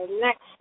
next